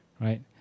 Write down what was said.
right